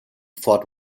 fort